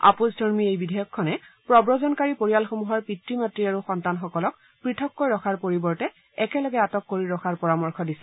আপোচধৰ্মী এই বিধেয়কখনে প্ৰৱজনকাৰী পৰিয়ালসমূহৰ পিতৃ মাতৃ আৰু সন্তানসকলক পৃথককৈ ৰখাৰ পৰিৱৰ্তে একেলগে আটক কৰি ৰখাৰ পৰামৰ্শ দিছে